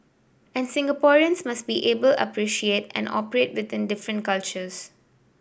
and Singaporeans must be able appreciate and operate within different cultures